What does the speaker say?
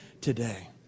today